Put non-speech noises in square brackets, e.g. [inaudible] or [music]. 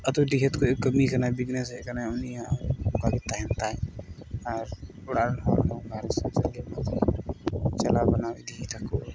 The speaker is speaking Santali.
ᱟᱹᱛᱩ ᱰᱤᱦᱟᱹᱛ ᱠᱷᱚᱱᱮ ᱠᱟᱹᱢᱤ ᱠᱟᱱᱟ ᱵᱤᱡᱽᱱᱮᱹᱥᱮᱫ ᱠᱟᱱᱟᱭ ᱩᱱᱤᱭᱟᱜ ᱚᱠᱟ ᱞᱟᱹᱠ ᱛᱟᱦᱮᱱ ᱛᱟᱭ ᱟᱨ ᱚᱲᱟᱜ ᱨᱮᱱ ᱦᱚᱲ ᱫᱚ [unintelligible] ᱪᱟᱞᱟᱣ ᱵᱮᱱᱟᱣ ᱤᱫᱤᱫᱟ ᱠᱚ